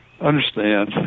understand